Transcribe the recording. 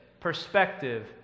perspective